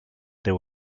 there